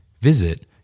Visit